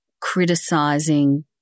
criticizing